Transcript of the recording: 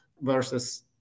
versus